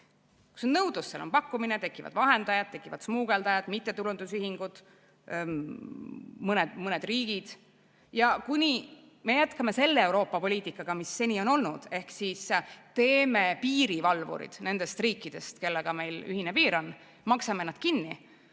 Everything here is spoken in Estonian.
Kus on nõudlus, seal on pakkumine, tekivad vahendajad, tekivad smugeldajad, mittetulundusühingud mõnes riigis. Ja kuni me jätkame selle Euroopa-poliitikaga, mis seni on olnud, ehk siis teeme piirivalvurid nendest riikidest, kellega meil ühine piir on, maksame nad kinni,